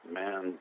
man